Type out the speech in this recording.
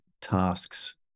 tasks